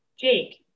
Jake